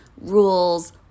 rules